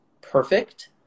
perfect